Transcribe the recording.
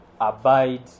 Abide